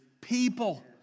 people